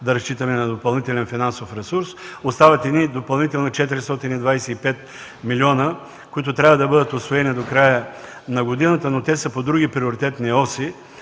да разчитаме на допълнителен финансов ресурс. Остават едни допълнителни 425 милиона, които трябва да бъдат усвоени до края на годината, но те са по други приоритетни оси